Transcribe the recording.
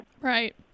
Right